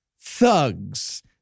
thugs